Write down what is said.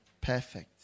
perfect